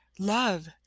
Love